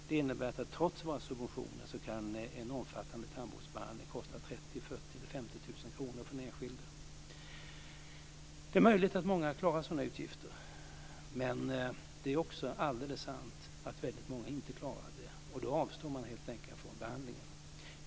Det innebär att trots våra subventioner kan en omfattande tandvårdsbehandling kosta 30 000, 40 000 eller 50 000 kr för den enskilde. Det är möjligt att många klarar sådana utgifter, men det är också alldeles sant att väldigt många inte klarar det. Då avstår man helt enkelt från behandlingen.